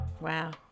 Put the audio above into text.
Wow